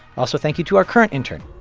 also, thank you to our current intern,